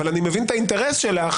אבל אני מבין את האינטרס שלך,